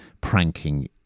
pranking